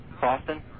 Boston